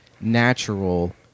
natural